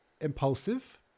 impulsive